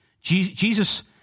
Jesus